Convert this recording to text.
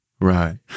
Right